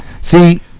see